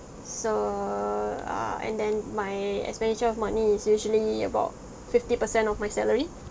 so err uh and then my expenditure uh monthly is usually about fifty per cent of my salary